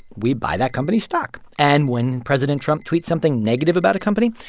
we buy that company's stock. and when president trump tweets something negative about a company,